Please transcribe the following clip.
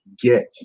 get